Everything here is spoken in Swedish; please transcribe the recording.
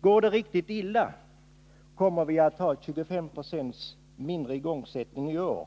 Går det riktigt illa kommer vi att ha 25 90 mindre igångsättning i år